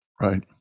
Right